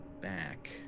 back